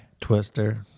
Twister